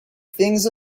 things